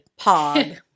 Pog